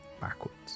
backwards